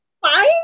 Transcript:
Fine